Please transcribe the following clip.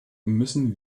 müssen